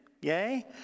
Yay